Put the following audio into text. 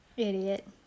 idiot